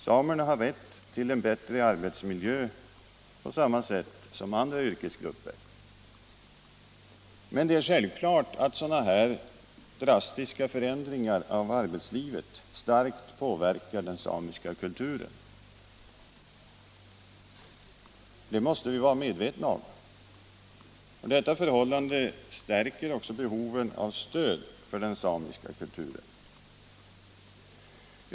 Samerna har rätt till en bättre arbetsmiljö på samma sätt som andra yrkesgrupper. Men det är självklart att sådana drastiska förändringar av arbetslivet starkt påverkar den samiska kulturen. Det måste vi vara medvetna om. Detta förhållande stärker också behovet av stöd för den samiska kulturen.